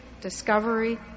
discovery